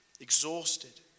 exhausted